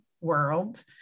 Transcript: world